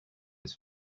his